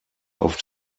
auf